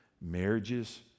Marriages